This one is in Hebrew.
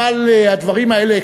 אבל הדברים האלה,